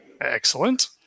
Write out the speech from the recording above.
Excellent